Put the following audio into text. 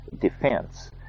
defense